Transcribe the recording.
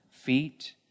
feet